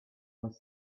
was